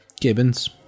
Gibbons